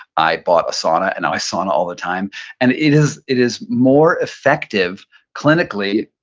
i bought a sauna and i sauna all the time and it is it is more effective clinically,